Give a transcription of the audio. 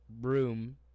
room